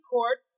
Court